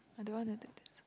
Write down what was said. I don't wanna do this